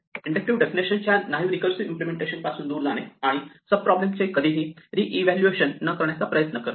inductive definition च्या naive recursive implementation पासून दूर जाणे आणि सब प्रॉब्लेमचे कधीही रिइवलुएशन न करण्याचा प्रयत्न करणे